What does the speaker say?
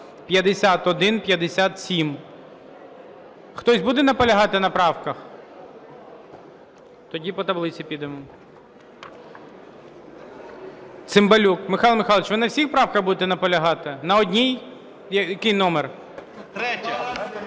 5157). Хтось буде наполягати на правках? Тоді по таблиці підемо. Цимбалюк. Михайло Михайлович, ви на всіх правках будете наполягати? На одній? Який номер?